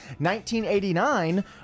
1989